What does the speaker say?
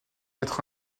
être